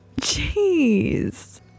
Jeez